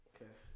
Okay